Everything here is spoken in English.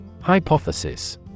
Hypothesis